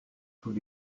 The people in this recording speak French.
tous